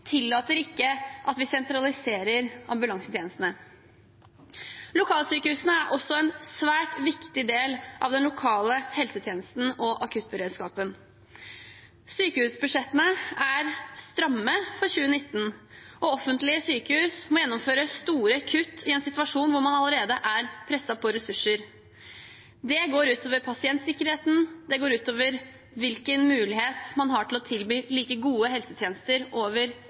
tillater ikke at vi sentraliserer ambulansetjenestene. Lokalsykehusene er også en svært viktig del av den lokale helsetjenesten og akuttberedskapen. Sykehusbudsjettene for 2019 er stramme, og offentlige sykehus må gjennomføre store kutt i en situasjon hvor man allerede er presset på ressurser. Det går ut over pasientsikkerheten, det går ut over hvilken mulighet man har til å tilby like gode helsetjenester over